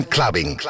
Clubbing